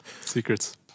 Secrets